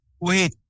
Wait